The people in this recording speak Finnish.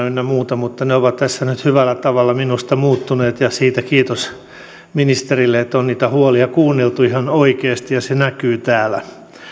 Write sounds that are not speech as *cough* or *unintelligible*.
*unintelligible* ynnä muuta ne ovat tässä nyt hyvällä tavalla minusta muuttuneet ja siitä kiitos ministerille että on niitä huolia kuunneltu ihan oikeasti ja se näkyy täällä